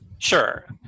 Sure